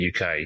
UK